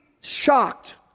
shocked